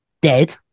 dead